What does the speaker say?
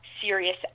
serious